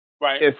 right